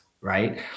right